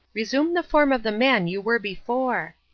resume the form of the man you were before.